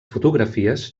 fotografies